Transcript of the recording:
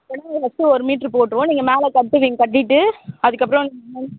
இப்போதிக்கி இங்கே ஃபஸ்ட் ஒரு மீட்ரு போட்டிருவோம் நீங்கள் மேலே கட்டுவீங்கள் கட்டிட்டு அதுக்கப்புறம் வந்து இந்தமாதிரி